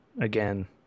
again